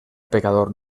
pecador